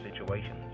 situations